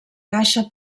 caixa